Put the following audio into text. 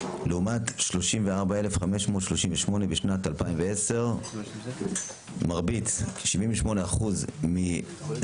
לעומת 34,538 בשנת 2010. 78% מרבית